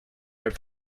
are